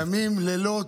ימים, לילות,